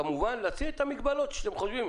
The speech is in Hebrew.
וכמובן לקבוע את המגבלות שאתם חושבים,